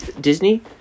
Disney